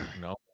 No